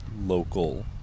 local